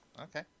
Okay